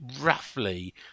roughly